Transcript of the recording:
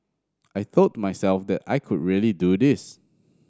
I told myself that I could really do this